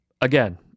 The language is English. again